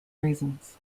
reasons